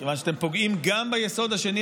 מכיוון שאתם פוגעים גם ביסוד השני,